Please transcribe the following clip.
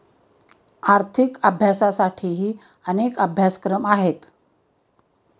आर्थिक अभ्यासासाठीही अनेक अभ्यासक्रम आहेत